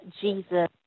Jesus